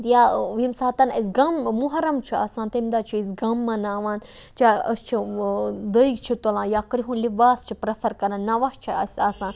یا ییٚمہِ ساتَن اَسہِ غَم مُحرَم چھُ آسان تمہ دۄہ چھِ أسۍ غَم مَناوان أسۍ چھِ دٔگۍ چھِ تُلان یا کرٛہُن لِباس چھِ پریٚفَر کَران نَوَح چھِ اَسہِ آسان